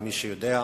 למי שיודע,